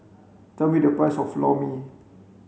tell me the price of Lor Mee